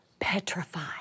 petrified